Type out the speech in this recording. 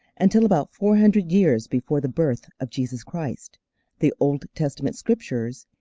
until about four hundred years before the birth of jesus christ the old testament scriptures,